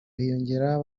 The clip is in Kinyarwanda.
hiyongeraho